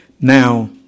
Now